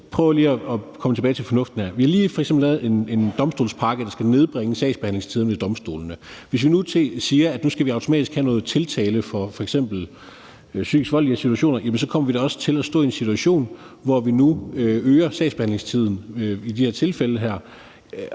f.eks. lige lavet en domstolspakke, der skal nedbringe sagsbehandlingstiderne ved domstolene. Hvis vi nu siger, at nu skal vi have automatisk tiltale for f.eks. psykisk vold i visse situationer, jamen så kommer vi da også til at stå i en situation, hvor vi nu øger sagsbehandlingstiden i de her tilfælde,